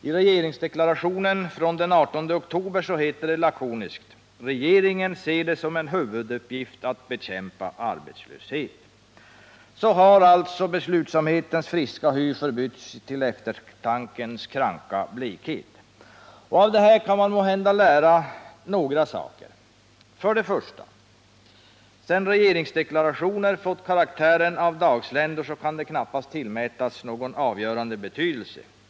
I regeringsdeklarationen från den 18 oktober heter det lakoniskt: ”Regeringen ser det som en huvuduppgift att bekämpa arbetslöshet.” Så gick alltså ”beslutsamhetens friska hy i eftertankens kranka blekhet över”. Av detta kan man måhända lära några saker. För det första: Sedan regeringsdeklarationer fått karaktär av dagsländor kan de knappast tillmätas någon avgörande betydelse.